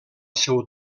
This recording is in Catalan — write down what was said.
seu